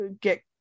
get